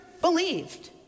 believed